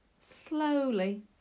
slowly